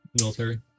military